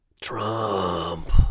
Trump